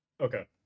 Okay